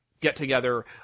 get-together